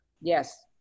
Yes